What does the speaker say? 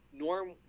Norm